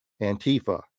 Antifa